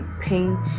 paint